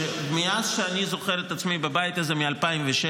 פעם ראשונה מאז שאני זוכר את עצמי בבית הזה מ-2006,